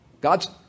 god's